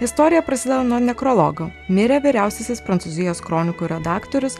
istorija prasideda nuo nekrologo mirė vyriausiasis prancūzijos kronikų redaktorius